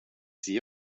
sie